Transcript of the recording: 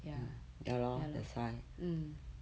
ya ya lor mm